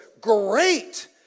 great